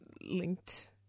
linked